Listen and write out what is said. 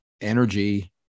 energy